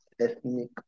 ethnic